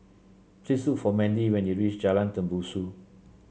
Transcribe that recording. please look for Mendy when you reach Jalan Tembusu